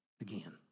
again